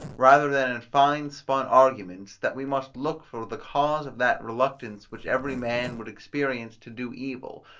rather than in fine-spun arguments, that we must look for the cause of that reluctance which every man would experience to do evil,